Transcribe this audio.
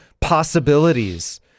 possibilities